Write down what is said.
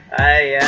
a